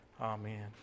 Amen